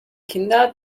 kinder